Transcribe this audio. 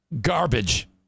Garbage